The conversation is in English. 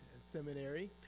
Seminary